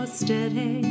steady